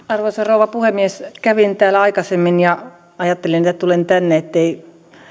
arvoisa rouva puhemies kävin täällä aikaisemmin ja ajattelin että tulen tänne ettei